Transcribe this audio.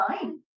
fine